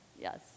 Yes